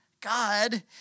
God